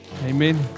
Amen